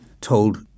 told